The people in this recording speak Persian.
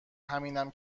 همینم